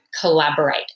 collaborate